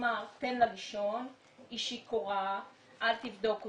כלומר, תן לה לישון, היא שיכורה, אל תבדוק אותה.